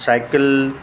cycle